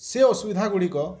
ସେ ଅସୁବିଧା ଗୁଡ଼ିକ